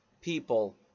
people